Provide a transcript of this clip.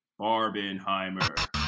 Barbenheimer